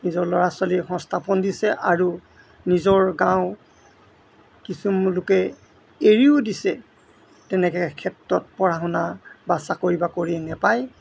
নিজৰ ল'ৰা ছোৱালী সংস্থাপন দিছে আৰু নিজৰ গাঁও কিছুলোকে এৰিও দিছে তেনেকৈ ক্ষেত্ৰত পঢ়া শুনা বা চাকৰি বাকৰি নাপায়